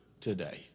today